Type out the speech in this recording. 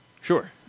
Sure